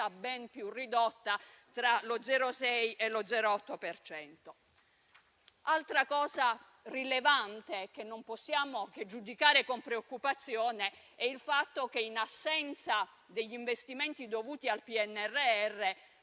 ben più ridotta, compresa tra lo 0,6 e lo 0,8 per cento. Altra cosa rilevante e che non possiamo che giudicare con preoccupazione è il fatto che, in assenza degli investimenti dovuti al PNRR,